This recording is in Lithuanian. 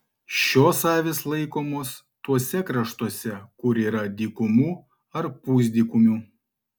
šios avys laikomos tuose kraštuose kur yra dykumų ar pusdykumių